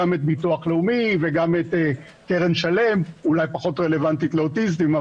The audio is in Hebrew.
גם את ביטוח לאומי וגם את קרן שלם אולי פחות רלוונטית לאוטיסטים,